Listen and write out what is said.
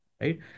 right